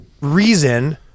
reason